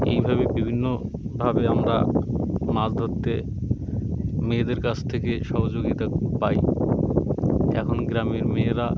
এইভাবে বিভিন্নভাবে আমরা মাছ ধরতে মেয়েদের কাছ থেকে সহযোগিতা পাই এখন গ্রামের মেয়েরা